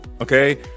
Okay